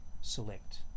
select